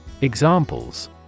Examples